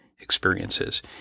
experiences